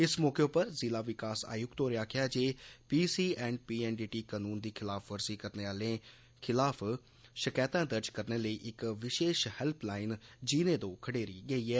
इस मौके पर जिला विकास आयुक्त होरें आक्खेआ जे P C and P N D T कनून दी खिलाफवर्जी करने आलें खलाफ शकैतां दर्ज करने लेई इक विशेष हेल्पलाइन जीने दो खडेरी गेई ऐ